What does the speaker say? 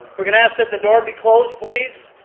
we're going to ask that the door be closed please.